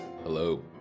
Hello